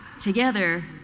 Together